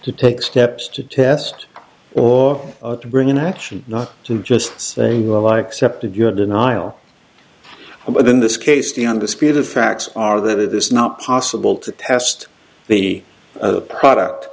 to take steps to test or to bring in actually not to just saying well accepted your denial but in this case the undisputed facts are that it is not possible to test the other product